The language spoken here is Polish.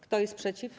Kto jest przeciw?